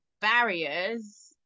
barriers